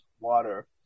water